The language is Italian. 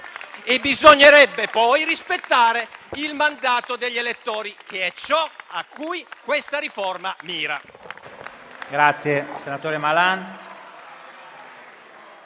Bisognerebbe poi rispettare il mandato degli elettori, che è ciò a cui questa riforma mira.